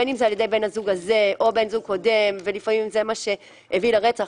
בין אם זה על ידי בן הזוג הזה או בן זוג קודם ולפעמים זה מה שהביא לרצח.